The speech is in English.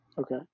Okay